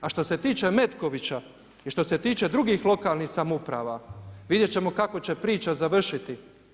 A što se tiče Metkovića i što se tiče drugih lokalnih samouprava, vidjet ćemo kako će priča završiti.